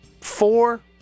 four